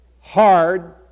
hard